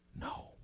No